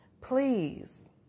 please